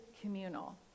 communal